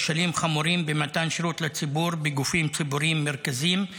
כשלים חמורים במתן שירות לציבור בגופים ציבוריים מרכזיים,